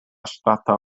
ŝtata